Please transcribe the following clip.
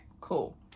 cool